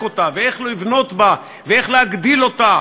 אותה ואיך לבנות בה ואיך להגדיל אותה.